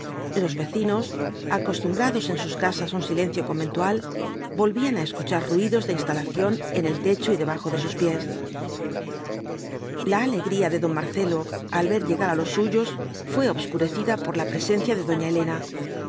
los vecinos acostumbrados en sus casas á un silencio conventual volvían á escuchar ruidos de instalación en el techo y debajo de sus pies la alegría de don marcelo al ver llegar á los suyos fué obscurecida por la presencia de doña elena